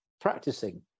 practicing